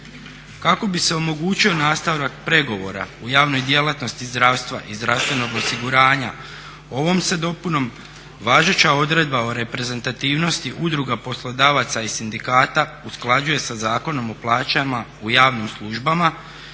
Kako bi se omogućio nastavak pregovora u javnoj djelatnosti zdravstva i zdravstvenog osiguranja ovom se dopunom važeća odredba o reprezentativnosti udruga poslodavaca i sindikata usklađuje sa Zakonom o plaćama u javnim službama